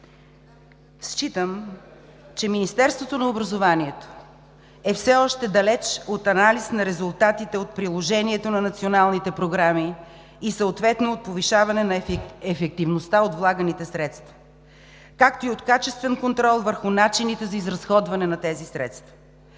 считам, че Министерството на образованието и науката все още е далеч от анализ на резултатите от приложението на националните програми и съответно от повишаване на ефективността от влаганите средства, както и от качествен контрол върху начините за изразходване на тези средства.